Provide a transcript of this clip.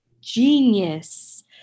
Genius